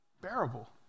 bearable